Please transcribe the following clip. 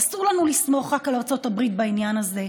אסור לנו לסמוך רק על ארצות הברית בעניין הזה.